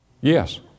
Yes